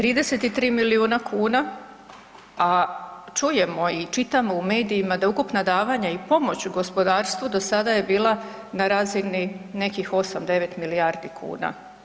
33 milijuna kuna, a čujemo i čitamo u medijima da ukupna davanja i pomoć gospodarstvu do sada je bila na razini nekih 8, 9 milijardi kuna.